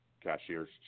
cashier's